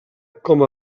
com